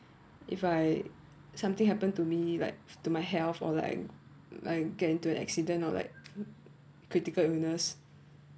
if I something happen to me like to my health or like like get into an accident or like critical illness